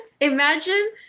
Imagine